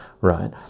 right